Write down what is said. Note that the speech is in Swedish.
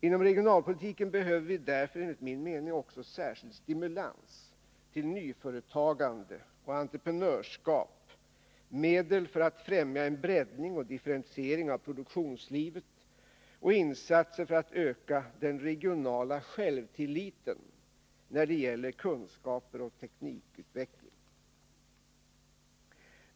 Inom regionalpolitiken behöver vi därför enligt min mening också särskild stimulans till nyföretagande och entreprenörskap, medel för att främja en breddning och differentiering av produktionslivet samt insatser för att öka den regionala självtilliten när det gäller kunskaper och teknikutveckling.